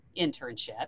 internship